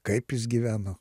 kaip jis gyveno